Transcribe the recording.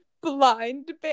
Blind